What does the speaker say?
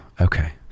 Okay